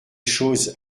choses